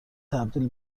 تبدیل